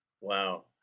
wow